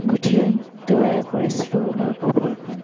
গুঠিয়েই তৈয়াৰ কৰিছিলোঁ ঊলৰ কাপোৰখন